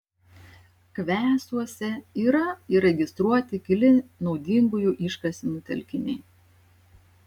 kvesuose yra įregistruoti keli naudingųjų iškasenų telkiniai